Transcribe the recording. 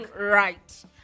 right